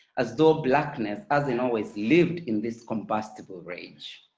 as though blackness, hasn't always lived in this combustible rage.